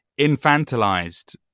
infantilized